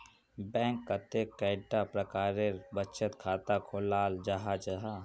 Bank कतेक कैडा प्रकारेर बचत खाता खोलाल जाहा जाहा?